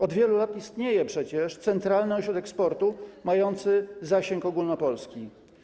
Od wielu lat istnieje przecież Centralny Ośrodek Sportu mający zasięg ogólnopolski.